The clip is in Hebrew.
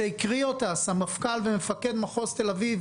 שהקריא אותה הסמפכ"ל ומפקד מחוז תל אביב,